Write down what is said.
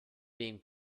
being